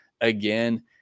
again